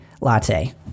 latte